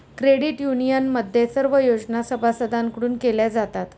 credit युनियनमध्ये सर्व योजना सभासदांकडून केल्या जातात